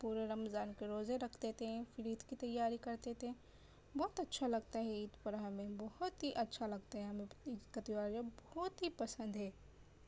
پورے رمضان کے روزے رکھتے تھے پھر عید کی تیاری کرتے تھے بہت اچھا لگتا ہے عید پر ہمیں بہت ہی اچھا لگتا ہے ہمیں عید کا تہوار جو ہے بہت ہی پسند ہے